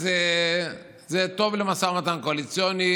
אז זה טוב למשא ומתן קואליציוני,